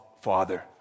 father